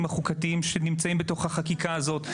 החוקתיים שנמצאים בתוך החקיקה הזאת,